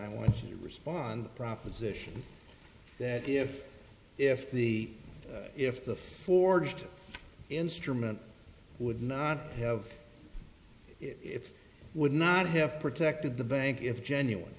i want to respond proposition that if if the if the forged instrument would not have if would not have protected the bank if genuine